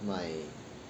my